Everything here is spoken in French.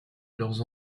leurs